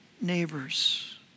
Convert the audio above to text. neighbors